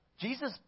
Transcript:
Jesus